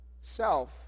self